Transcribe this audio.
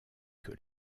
que